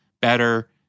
better